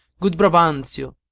good brabantio,